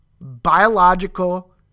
biological